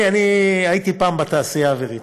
תשמעי, אני הייתי פעם בתעשייה האווירית.